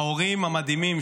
ההורים המדהימים,